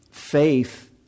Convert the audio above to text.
Faith